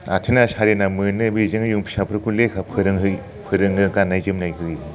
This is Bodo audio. आथोना सारेना मोनो बेजोंनो जों फिसाफोरखौ लेखा फोरोङो गान्नाय जोमनाय होयो